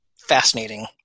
fascinating